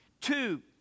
Two